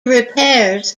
repairs